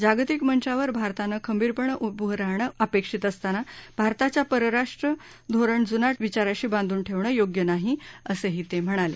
जागतिक मंचावर भारतानं खंबीरपणे उभं राहणं अपेक्षित असताना भारताच्या परराष्ट्र धोरण जुनाट विचारांशी बांधून ठेवणं योग्य नाही असं ते म्हणाले